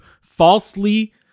falsely